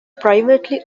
privately